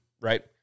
right